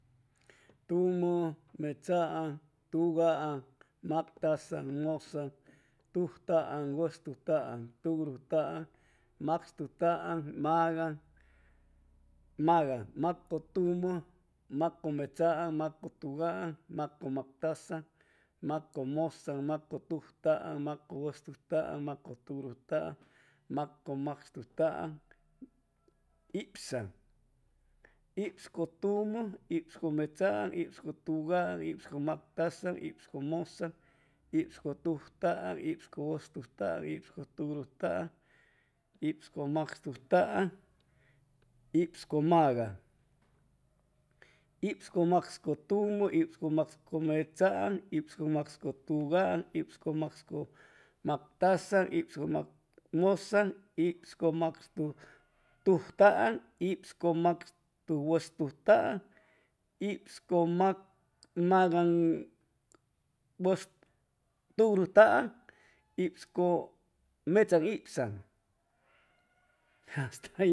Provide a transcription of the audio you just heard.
Tum, metsa'an, tuga'an, mactasa'an, tujta'an, wustusta'an, turugusta'an, magan, macu tumu, macu metsa'an, macu tuga'an, macu mactsa'an, macu musan, macu tujta'an, macu wustusta'an, macu turugusta'an, macu macstusta'an, iban, ibscu tumu, ibscu metsaan, ibscu tuga'an, ibscu mactasa'an, ibscu musan, ibscu tujta'an, ibscu wustustaan, ibscu turugustaan, ibscu macstustaan, ibscu magan. Ibscu macu tumu, ibscu macu metsaan, ibscu macu tugaan, ibscu macu mactasaan, ibscu macu musan, ibsu macu tujtaan, ibsu macu wustustaan, ibsu macu turugusta'an, ibsu macu macstustaan, ibscu metsan ibsan.